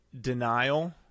Denial